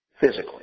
physically